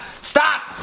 Stop